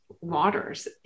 waters